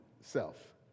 self